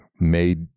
made